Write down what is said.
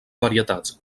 varietats